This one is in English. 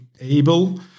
able